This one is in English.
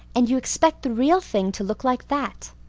and you expect the real thing to look like that.